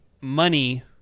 money